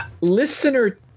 Listener